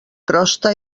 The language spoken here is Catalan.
crosta